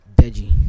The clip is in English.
Deji